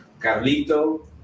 Carlito